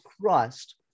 Christ